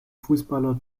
fußballer